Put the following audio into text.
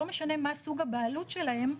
לא משנה מה סוג הבעלות שלהם,